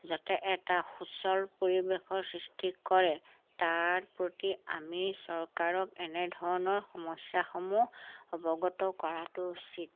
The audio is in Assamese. যাতে এটা সুচল পৰিৱেশৰ সৃষ্টি কৰে তাৰ প্ৰতি আমি চৰকাৰক এনেধৰণৰ সমস্যাসমূহ অৱগত কৰাটো উচিত